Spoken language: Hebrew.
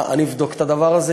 אני אבדוק את הדבר הזה.